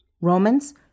Romans